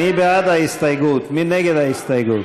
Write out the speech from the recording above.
ההסתייגות (24)